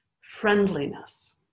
friendliness